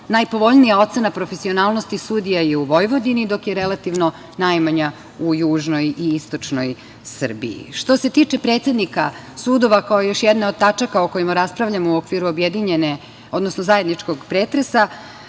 najpovoljnija ocena profesionalnosti sudija je u Vojvodini, dok je relativno najmanja u južnoj i istočnoj Srbiji. Što se tiče predsednika sudova, kao jedne od tačaka o kojima raspravljamo u okviru objedinjene, odnosno zajedničkog pretresa